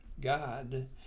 God